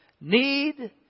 need